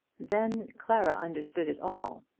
then clara understood it all,